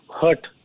hurt